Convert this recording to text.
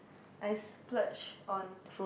I splurge on